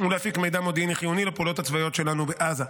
ולהפיק מידע מודיעיני חיוני לפעולות הצבאיות שלנו בעזה.